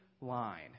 line